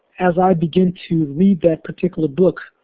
as i began to read that particular book,